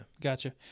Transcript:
Gotcha